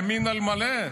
ימין על מלא,